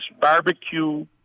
barbecue